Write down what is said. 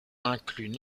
incluent